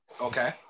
okay